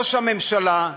ראש הממשלה,